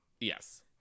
Yes